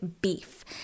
beef